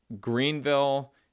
Greenville